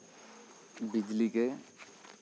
ᱵᱤᱡᱞᱤ ᱜᱮ ᱡᱟᱹᱥᱛᱤ